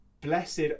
Blessed